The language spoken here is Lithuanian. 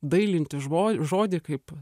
dailinti žmo žodį kaip